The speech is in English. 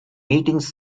meetings